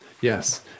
yes